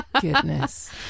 Goodness